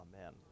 Amen